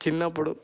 చిన్నపుడు